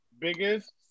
Biggest